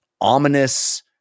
ominous